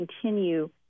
continue